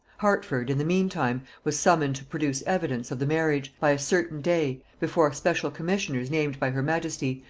hertford, in the mean time, was summoned to produce evidence of the marriage, by a certain day, before special commissioners named by her majesty,